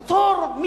פטור.